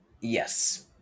Yes